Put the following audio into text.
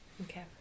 Okay